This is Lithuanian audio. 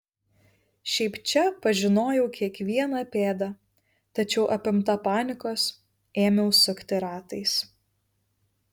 šiaip čia pažinojau kiekvieną pėdą tačiau apimta panikos ėmiau sukti ratais